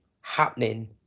happening